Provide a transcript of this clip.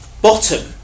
bottom